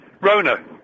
Rona